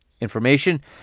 information